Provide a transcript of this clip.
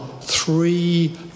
three